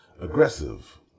Aggressive